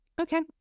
Okay